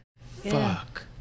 Fuck